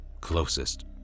closest